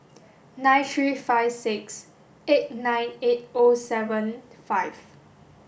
nine three five six eight nine eight O seven five